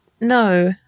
no